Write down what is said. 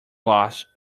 lost